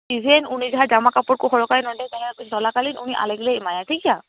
even ᱩᱱᱤ ᱡᱟᱦᱟᱸ ᱡᱟᱢᱟᱠᱟᱯᱚᱲ ᱠᱚ ᱦᱚᱨᱚᱜᱟᱭ ᱱᱚᱸᱰᱮ ᱫᱟᱭᱟ ᱫᱚᱞᱟᱠᱟᱞᱤᱱ ᱩᱱᱤ ᱟᱞᱮᱜᱮᱞᱮ ᱮᱢᱟᱭᱟ ᱴᱷᱤᱠᱜᱮᱭᱟ